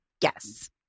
yes